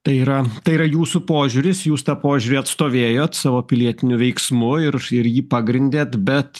tai yra tai yra jūsų požiūris jūs tą požiūrį atstovėjot savo pilietiniu veiksmu ir ir jį pagrindėt bet